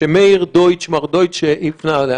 שמר דויטש הפנה אליה,